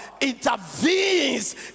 intervenes